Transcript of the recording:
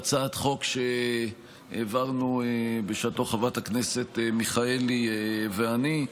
הצעת חוק שהעברנו בשעתו חברת הכנסת מיכאלי ואני,